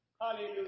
Hallelujah